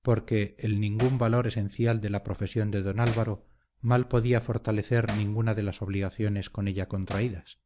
porque el ningún valor esencial de la profesión de don álvaro mal podía fortalecer ninguna de las obligaciones con ella contraídas